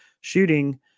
shooting